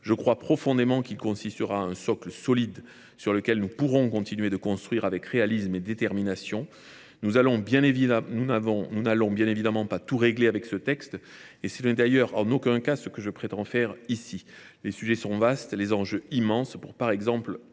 Je crois profondément qu’il constituera un socle solide sur lequel nous pourrons continuer de construire avec réalisme et détermination. Nous n’allons bien évidemment pas tout régler avec ce texte, et ce n’est en aucun cas ce que je prétends faire. Les sujets sont vastes et les enjeux immenses : il nous faut par exemple